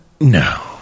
No